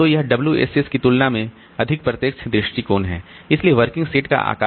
तो यह WSS की तुलना में अधिक प्रत्यक्ष दृष्टिकोण है इसलिए वर्किंग सेट का आकार